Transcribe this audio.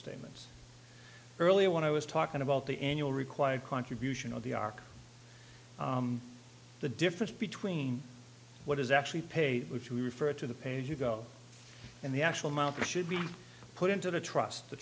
statements earlier when i was talking about the annual required contribution of the arc the difference between what is actually paid which we refer to the page you go and the actual amount of should be put into the trust t